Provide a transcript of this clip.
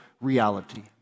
reality